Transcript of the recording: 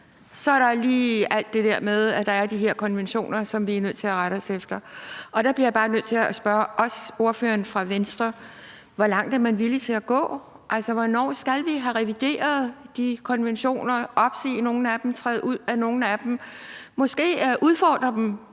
så er der jo lige alt det der med, at der er de her konventioner, som vi er nødt til at rette os efter. Der bliver jeg også bare nødt til at spørge ordføreren fra Venstre: Hvor langt er man villig til at gå? Hvornår skal vi have revideret de konventioner, opsige nogle af dem, træde ud af nogle af dem, måske udfordre dem,